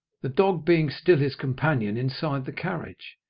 the dog being still his companion inside the carriage.